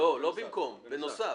בנוסף.